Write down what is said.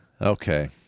Okay